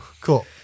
Cool